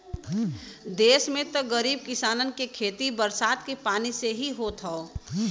देस में त गरीब किसानन के खेती बरसात के पानी से ही होत हौ